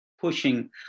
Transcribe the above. pushing